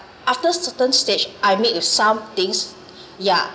after certain stage I meet with some things yeah